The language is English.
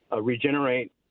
regenerate